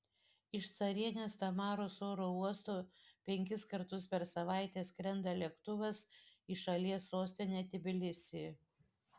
iš carienės tamaros oro uosto penkis kartus per savaitę skrenda lėktuvas į šalies sostinę tbilisį